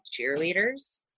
cheerleaders